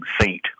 Saint